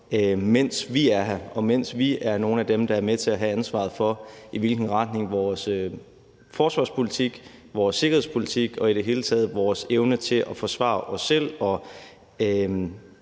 mens vi er her, og mens vi er nogle af dem, der er med til at have ansvaret for retningen af vores forsvarspolitik, vores sikkerhedspolitik og i det hele taget vores evne til at forsvare os selv